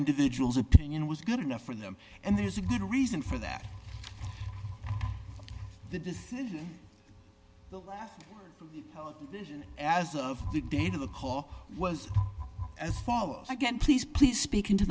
individuals opinion was good enough for them and there's a good reason for that the decision as of the day the call was as follows again please please